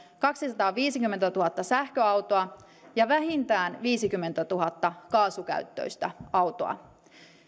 kaksisataaviisikymmentätuhatta sähköautoa ja vähintään viisikymmentätuhatta kaasukäyttöistä autoa